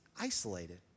isolated